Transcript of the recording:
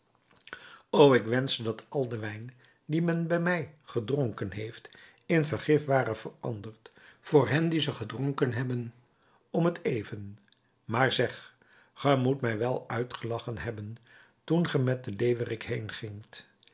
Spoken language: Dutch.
o ik wenschte dat al de wijn dien men bij mij gedronken heeft in vergif ware veranderd voor hen die ze gedronken hebben om t even maar zeg ge moet mij wel uitgelachen hebben toen ge met de